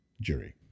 jury